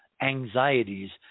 anxieties